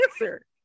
answer